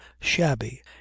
shabby